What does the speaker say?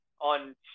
on